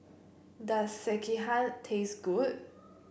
does Sekihan taste good